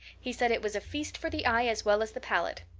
he said it was a feast for the eye as well as the palate.